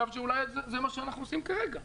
שאולי אגב זה מה שאנחנו עושים כרגע.